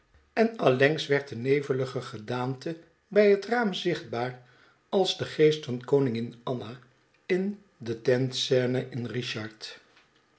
en allengs werd de nevelige gedaante bij het raam zichtbaar als de geest van koningin anna in de tentscene in richard